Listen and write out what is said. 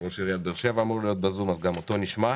ראש עיריית באר שבע אמור להיות ב-זום וגם אותו נשמע.